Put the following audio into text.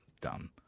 dumb